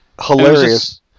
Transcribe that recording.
hilarious